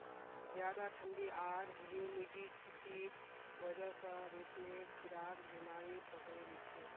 ज्यादा ठंडी आर ह्यूमिडिटीर वजह स रेशमेर कीड़ाक बीमारी पकड़े लिछेक